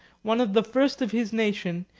one of the first of his nation,